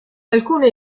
alcune